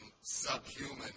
subhuman